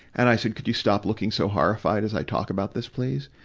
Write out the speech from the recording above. and i said, could you stop looking so horrified as i talk about this, please?